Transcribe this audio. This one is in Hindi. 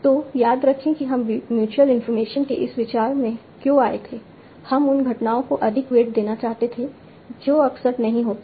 तो याद रखें कि हम म्यूच्यूअल इंफॉर्मेशन के इस विचार में क्यों आए थे हम उन घटनाओं को अधिक वेट देना चाहते थे जो अक्सर नही होते हैं